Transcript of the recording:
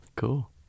Cool